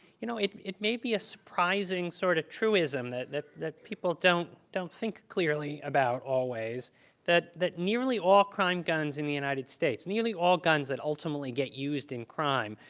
you know, it it may be a surprising sort of truism that that people don't don't think clearly about always that that nearly all crime guns in the united states, nearly all guns that ultimately get used in crime,